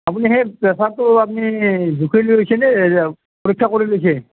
আপুনি সেই প্ৰেচাৰটো আপুনি জুখি লৈছে নে পৰীক্ষা কৰি লৈছে